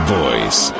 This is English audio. voice